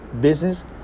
business